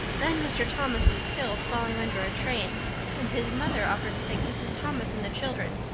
then mr. thomas was killed falling under a train and his mother offered to take mrs. thomas and the children,